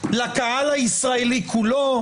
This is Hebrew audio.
לקהל הישראלי כולו,